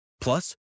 Plus